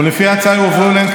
לפי ההצעה יועברו אליהן,